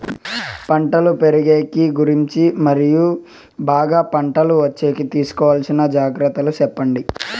పంటలు పెరిగేకి గురించి మరియు బాగా పంట వచ్చేకి తీసుకోవాల్సిన జాగ్రత్త లు సెప్పండి?